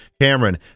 Cameron